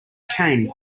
cane